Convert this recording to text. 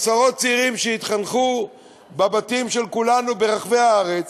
עשרות צעירים שהתחנכו בבתים של כולנו ברחבי הארץ,